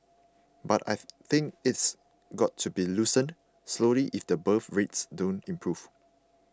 but I think it's got to be loosened slowly if the birth rates don't improve